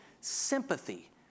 sympathy